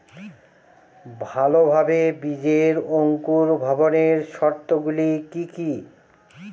ভালোভাবে বীজের অঙ্কুর ভবনের শর্ত গুলি কি কি?